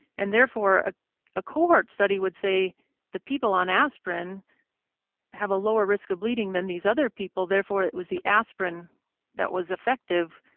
and therefore ah a cohort study would say the people on aspirin have a lower risk of bleeding than these other people, therefore it was the aspirin that was effective,